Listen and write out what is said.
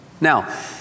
Now